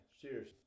Cheers